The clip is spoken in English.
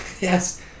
Yes